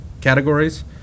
categories